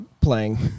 playing